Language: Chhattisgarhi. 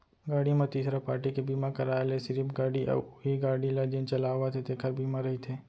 गाड़ी म तीसरा पारटी के बीमा कराय ले सिरिफ गाड़ी अउ उहीं गाड़ी ल जेन चलावत हे तेखर बीमा रहिथे